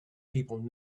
people